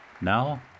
Now